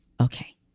Okay